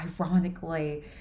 ironically